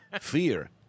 fear